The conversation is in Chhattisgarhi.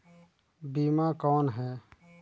बीमा कौन है?